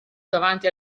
davanti